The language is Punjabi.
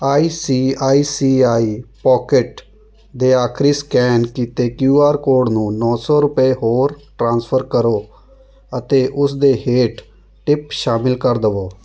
I C I C I pocket ਦੇ ਆਖਰੀ ਸਕੈਨ ਕੀਤੇ ਕੀਯੂ ਆਰ ਕੋਡ ਨੂੰ ਨੌ ਸੌ ਰੁਪਏ ਹੋਰ ਟ੍ਰਾਂਸਫਰ ਕਰੋ ਅਤੇ ਉਸ ਦੇ ਹੇਠ ਟਿਪ ਸ਼ਾਮਿਲ ਕਰ ਦੇਵੋ